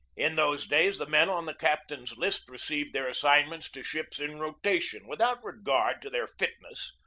in those days the men on the captain's list received their assign ments to ships in rotation, without regard to their fitness.